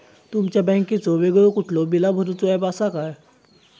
तुमच्या बँकेचो वेगळो कुठलो बिला भरूचो ऍप असा काय?